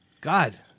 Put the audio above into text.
god